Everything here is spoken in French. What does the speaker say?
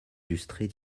illustrée